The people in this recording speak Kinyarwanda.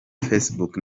facebook